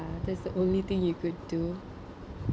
that's the only thing you could do